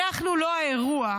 אנחנו לא האירוע,